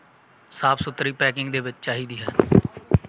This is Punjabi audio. ਸਾਫ਼ ਸੁਥਰੀ ਪੈਕਿੰਗ ਦੇ ਵਿੱਚ ਚਾਹੀਦੀ ਹੈ